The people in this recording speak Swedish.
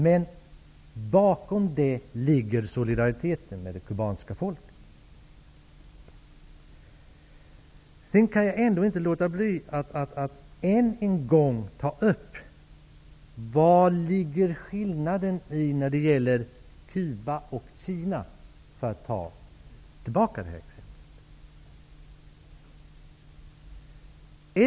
Men bakom det ligger solidariteten med det kubanska folket. Sedan kan jag ändå inte låta bli att än en gång fråga: Vari ligger skillnaden när det gäller synen på Cuba och Kina?